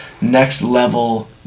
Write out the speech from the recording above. next-level